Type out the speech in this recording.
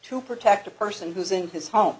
to protect a person who's in his home